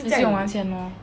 先用完先 lor